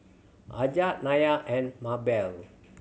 Aja Nyah and Mabell